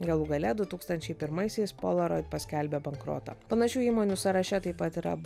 galų gale du tūkstančiai pirmaisiais polaroid paskelbė bankrotą panašių įmonių sąraše taip pat yra